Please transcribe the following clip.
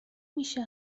میشه